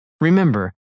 remember